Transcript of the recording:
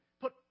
put